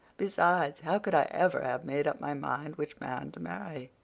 besides, how could i ever have made up my mind which man to marry?